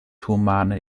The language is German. humane